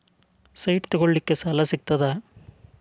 Site ತಗೋಳಿಕ್ಕೆ ಸಾಲಾ ಸಿಗ್ತದಾ?